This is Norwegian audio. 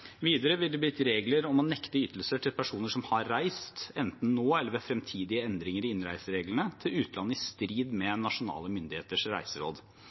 Videre vil det bli gitt regler om å nekte ytelser til personer som har reist til utlandet enten nå, eller ved fremtidige endringer i innreisereglene i strid med nasjonale myndigheters reiseråd.